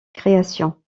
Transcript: création